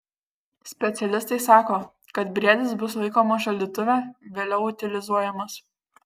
specialistai sako kad briedis bus laikomas šaldytuve vėliau utilizuojamas